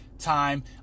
Time